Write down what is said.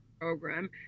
program